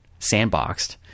sandboxed